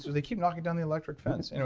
they keep knocking down the electric fence. and